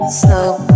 slow